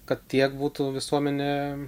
kad tiek būtų visuomenė